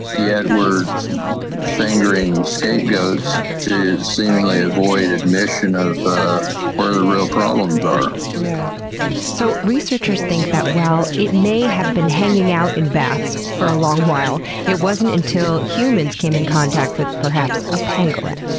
yet we're fingering scapegoats to seemingly avoid admission of where the real problems are yeah so, researchers think that while it may have been hanging out in bats for a long while, it wasn't until humans came in contact with, perhaps, a pangolin,